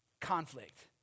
Conflict